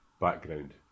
background